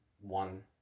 one